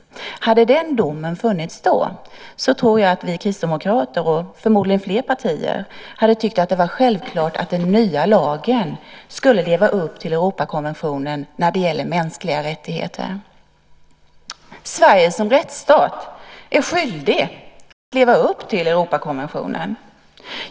Hade den domen funnits då tror jag att vi kristdemokrater, och förmodligen fler partier, hade tyckt att det var självklart att den nya lagen skulle leva upp till Europakonventionen när det gäller mänskliga rättigheter. Sverige är som rättsstat skyldigt att leva upp till Europakonventionen.